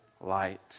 light